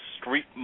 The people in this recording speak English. street